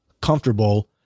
comfortable